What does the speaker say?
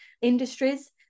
industries